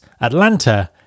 Atlanta